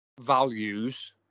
values